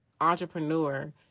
entrepreneur